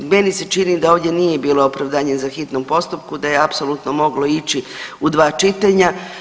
Meni se čini da ovdje nije bilo opravdanje za hitnom postupku, da je apsolutno moglo ići u dva čitanja.